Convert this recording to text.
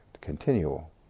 continual